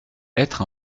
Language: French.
être